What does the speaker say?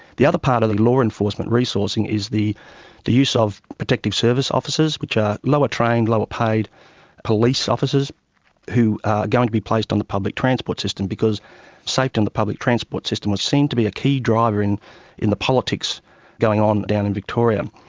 the other part of the law enforcement resourcing is the the use of protective service officers, which are lower-trained, lower-paid police officers who are going to be placed on the public transport system because safety on the public transport system was seen to be a key driver in in the politics going on down n victoria.